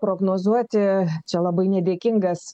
prognozuoti čia labai nedėkingas